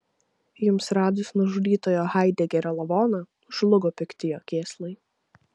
jums radus nužudytojo haidegerio lavoną žlugo pikti jo kėslai